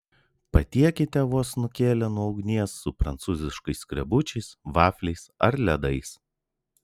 patiekite vos nukėlę nuo ugnies su prancūziškais skrebučiais vafliais ar ledais